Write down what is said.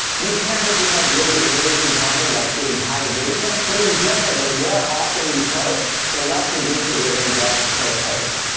you can if you have really amazing content that's getting high engagement. but in general, the more often you post, the less engagement you're gonna get per post.